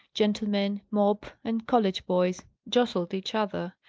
gentlemen, mob, and college boys, jostled each other.